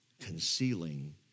concealing